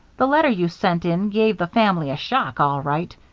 the letter you sent in gave the family a shock, all right.